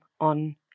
on